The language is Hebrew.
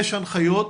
יש הנחיות,